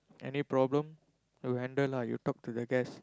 any problem you will handle lah you talk to the guests